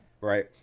Right